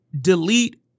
delete